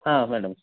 ಹಾಂ ಮೇಡಮ್